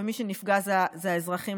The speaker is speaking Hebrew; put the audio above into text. ומי שנפגע זה האזרחים,